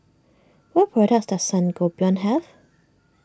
what products does Sangobion have